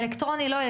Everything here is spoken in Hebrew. אלקטרוני או לא,